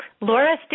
Laura